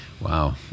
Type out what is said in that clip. Wow